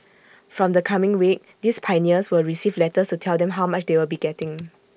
from the coming week these pioneers will receive letters to tell them how much they will be getting